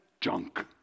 Junk